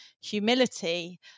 humility